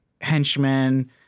henchmen